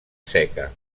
seca